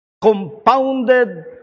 compounded